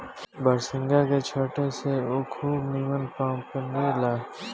बरसिंग के छाटे से उ खूब निमन पनपे ला